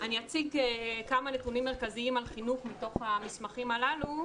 אציג כמה נתונים מרכזיים על חינוך מתוך המסמכים הללו.